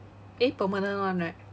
eh permanent one right